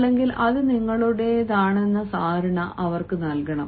അല്ലെങ്കിൽ അത് നിങ്ങളുടേതാണെന്ന ധാരണ അവർക്ക് നൽകണം